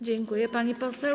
Dziękuję, pani poseł.